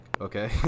okay